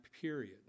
period